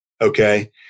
Okay